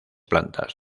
plantas